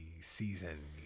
season